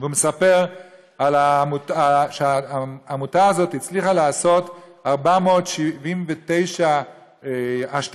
והוא מספר שהעמותה הזאת הצליחה לעשות 479 השתלות,